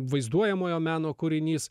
vaizduojamojo meno kūrinys